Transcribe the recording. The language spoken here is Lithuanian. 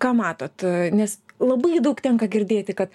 ką matot nes labai daug tenka girdėti kad